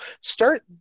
Start